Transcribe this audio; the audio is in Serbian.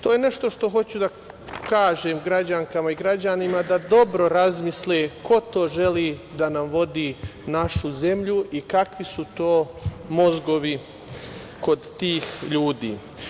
To je nešto što hoću da kažem građankama i građanima, da dobro razmisle ko to želi da nam vodi našu zemlju i kakvi su to mozgovi kod tih ljudi.